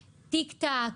תיק-תק,